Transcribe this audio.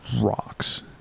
rocks